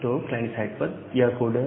तो client side पर यह कोड है